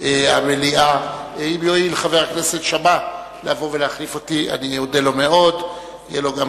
מצביעים